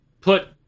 Put